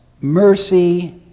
mercy